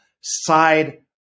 side